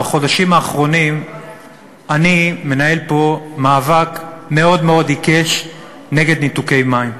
בחודשים האחרונים אני מנהל פה מאבק מאוד מאוד עיקש נגד ניתוקי מים.